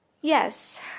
Yes